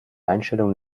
einstellung